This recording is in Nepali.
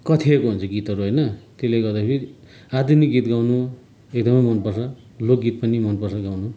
कथिएको हुन्छ गीतहरू होइन त्यसले गर्दाखेरि आधुनिक गीत गाउनु एकदमै मन पर्छ लोक गीत पनि मन पर्छ मलाई गाउनु